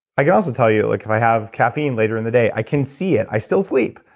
i can also tell you like i have caffeine later in the day, i can see it i still sleep,